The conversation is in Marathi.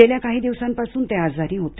गेल्या काही दिवसांपासून ते आजारी होते